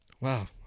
wow